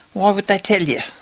why would they tell you.